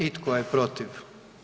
I tko je protiv?